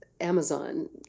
Amazon